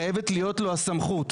חייבת להיות לו הסמכות.